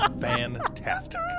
Fantastic